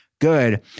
good